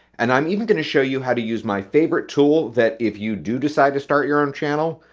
and i'm even going to show you how to use my favorite tool that if you do decide to start your own channel,